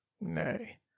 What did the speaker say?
nay